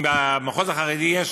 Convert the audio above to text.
אם במחוז החרדי יש